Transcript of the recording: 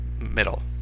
middle